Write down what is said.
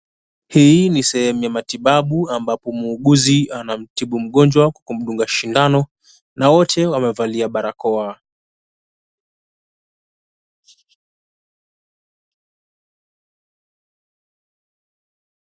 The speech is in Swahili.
Hii ni sehemu ya matibabu ambapo muuguzi anamtibu mgonjwa kwa kumdunga sindano, na wote wamevalia barakoa.